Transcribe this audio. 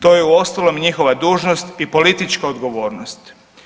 To je uostalom i njihova dužnost i politička odgovornost.